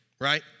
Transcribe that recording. right